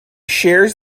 shares